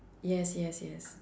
yes yes yes